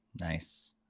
Nice